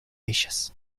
ellas